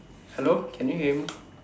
hello can you hear me